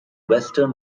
western